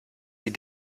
die